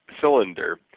cylinder